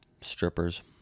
Strippers